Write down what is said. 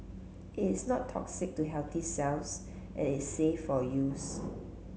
it is not toxic to healthy cells and is safe for use